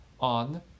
on